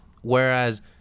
Whereas